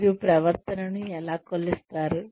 మీరు ప్రవర్తనను ఎలా కొలుస్తారు